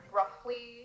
roughly